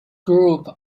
group